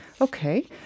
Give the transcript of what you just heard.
Okay